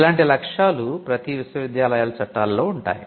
ఇలాంటి లక్ష్యాలు ప్రతి విశ్వవిద్యాలయాల చట్టాలలో ఉంటాయి